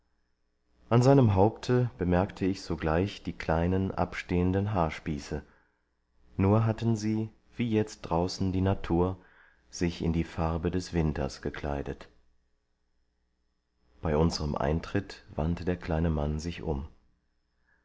an seinem haupte bemerkte ich sogleich die kleinen abstehenden haarspieße nur hatten sie wie jetzt draußen die natur sich in die farbe des winters gekleidet bei unserem eintritt wandte der kleine mann sich um